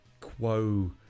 quo